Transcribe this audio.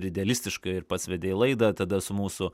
ir idealistiškai ir pats vedei laidą tada su mūsų